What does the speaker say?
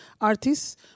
artists